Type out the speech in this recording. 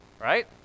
right